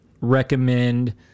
recommend